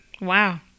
Wow